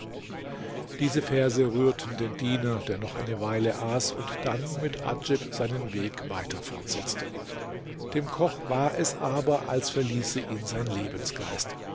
diese verse rührten den diener der noch eine weile aß und dann mit adjib seinen weg weiter fortsetzte dem koch war es aber als verließe ihn sein lebensgeist